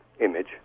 image